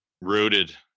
Rooted